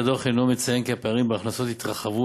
הדוח אינו מציין כי הפערים בהכנסות התרחבו,